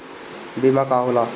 बीमा का होला?